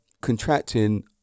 contracting